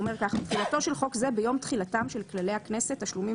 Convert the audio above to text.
4.(א)תחילתו של חוק זה ביום תחילתם של כללי הכנסת (תשלומים